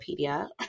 Wikipedia